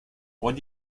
what